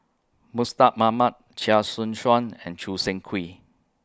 Mustaq Ahmad Chia Choo Suan and Choo Seng Quee